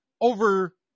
over